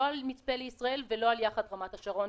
לא על "מצפה לישראל" ולא על "יחד רמת השרון",